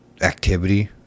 activity